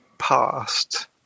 past